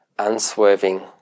unswerving